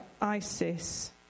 ISIS